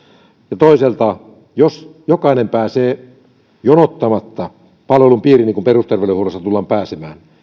ja toisaalta jos jokainen pääsee jonottamatta palvelun piiriin niin kuin perusterveydenhuollossa tullaan pääsemään